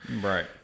Right